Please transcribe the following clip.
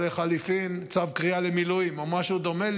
או לחלופין צו קריאה למילואים או משהו דומה,